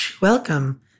Welcome